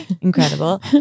incredible